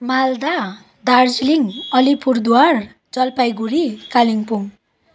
Malda Darjeeling Alipurduar Jalpaiguri Kalimpong